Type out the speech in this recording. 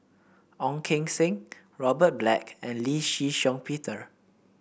Ong Keng Sen Robert Black and Lee Shih Shiong Peter